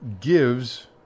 gives